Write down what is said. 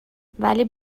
ولی